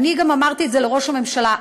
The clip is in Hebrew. גם אמרתי את זה לראש הממשלה,